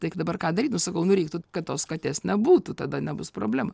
taigi dabar ką daryt nu aš sakau nu daryk kad tos katės nebūtų tada nebus problemų